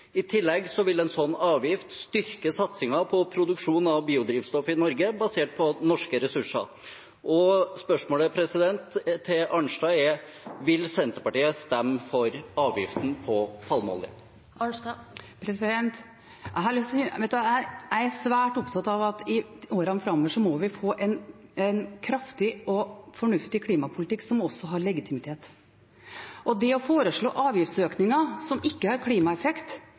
I tillegg vil en slik avgift styrke satsingen på produksjon av biodrivstoff i Norge, basert på norske ressurser. Spørsmålet til representanten Arnstad er: Vil Senterpartiet stemme for avgiften på palmeolje? Jeg er svært opptatt av at vi i årene framover må få en kraftig og fornuftig klimapolitikk som også har legitimitet. Det å foreslå avgiftsøkninger som ikke har klimaeffekt,